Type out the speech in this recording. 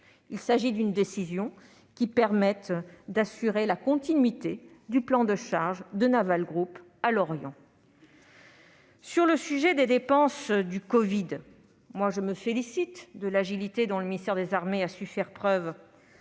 Il s'agit d'une décision qui permet d'assurer la continuité du plan de charge de Naval Group, à Lorient. En ce qui concerne les dépenses liées au covid, je me félicite de l'agilité dont le ministère des armées a su faire preuve